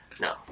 No